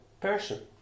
person